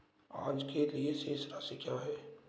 आज के लिए शेष राशि क्या है?